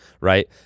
right